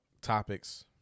Topics